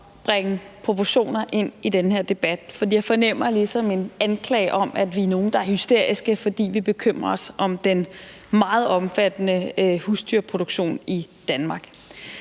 bringe proportioner ind i den her debat, for jeg fornemmer ligesom en anklage om, at vi er nogle, der er hysteriske, fordi vi bekymrer os om den meget omfattende husdyrproduktion i Danmark.